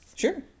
Sure